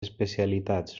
especialitats